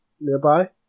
nearby